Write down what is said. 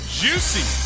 juicy